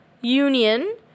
union